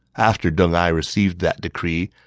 after deng ai received that decree,